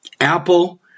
Apple